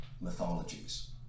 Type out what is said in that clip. mythologies